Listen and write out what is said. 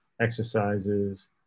exercises